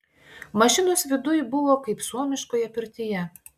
mašinos viduj buvo kaip suomiškoje pirtyje